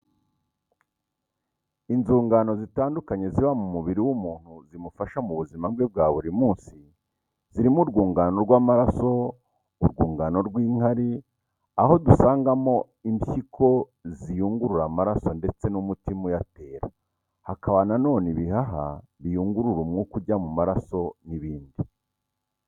Inzungano zitandukanye ziba mu mubiri w'umuntu zimufasha mu buzima bwe bwa buri munsi zirimo urwungano rw'amaraso, urwungano rw'inkari aho dusangamo impiko ziyungurura amaraso ndetse n'umutima uyatera, hakaba na none ibihaha biyungurura umwuka ujya mu maraso n'ibindi.